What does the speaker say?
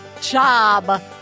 job